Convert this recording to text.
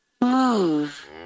Move